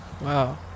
Wow